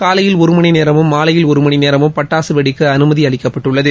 காலையில் ஒரு மணிநேரமும் மாலையில் ஒரு மணிநேரமும் பட்டாசு வெடிக்க அனுமதி அளிக்கப்பட்டுள்ளது